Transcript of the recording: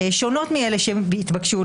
שונות מאלה שהתבקשו.